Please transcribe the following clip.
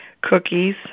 Cookies